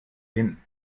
hin